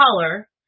color